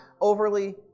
overly